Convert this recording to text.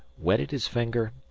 wetted his finger,